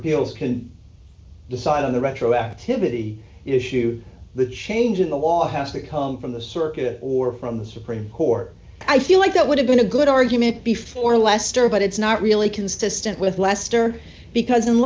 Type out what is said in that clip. appeals can decide on the retroactivity issue the change in the law has to come from the circuit or from the supreme court i feel like that would have been a good argument before lester but it's not really consistent with lester because i